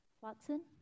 Watson